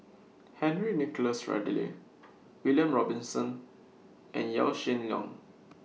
Henry Nicholas Ridley William Robinson and Yaw Shin Leong